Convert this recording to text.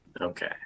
Okay